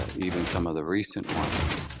even some of the recent ones